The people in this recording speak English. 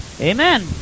amen